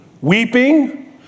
Weeping